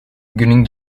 günün